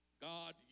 God